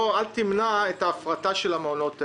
אל תמנע את ההפרטה של המעונות האלה,